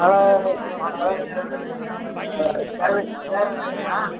hello சேவை சேவை மையமா